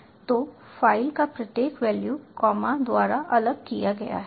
तो फ़ाइल का प्रत्येक वैल्यू कॉमा द्वारा अलग किया गया है